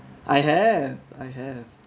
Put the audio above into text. I have I have